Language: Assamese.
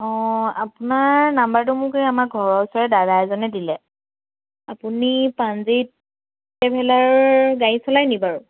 অঁ আপোনাৰ নাম্বাৰটো মোক এই আমাৰ ঘৰৰ ওচৰৰ এই দাদা এজনে দিলে আপুনি প্ৰাণজিৎ ট্ৰেভেলাৰৰ গাড়ী চলায় নেকি বাৰু